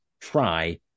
try